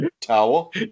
towel